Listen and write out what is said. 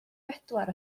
bedwar